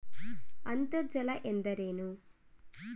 ಅಂತರ್ಜಲ ಎಂದರೇನು?